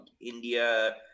india